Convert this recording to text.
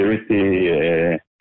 security